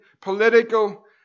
political